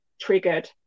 triggered